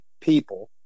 people